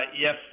yes